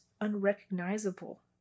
unrecognizable